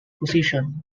position